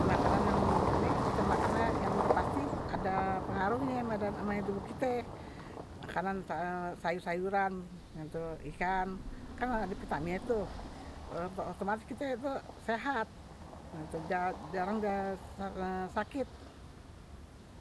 Makanan yang nih yang kite makan yang udah pasti ada pengaruhnya badan dan tubuh kite makanan sayur-sayuran, ikan, kan ada vitamin itu untuk otomatis kite itu sehat jarang dah sakit